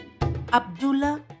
Abdullah